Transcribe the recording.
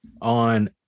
on